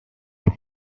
that